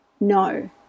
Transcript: no